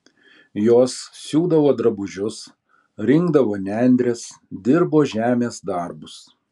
jos siūdavo drabužius rinkdavo nendres dirbo žemės darbus